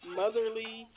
motherly